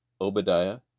Obadiah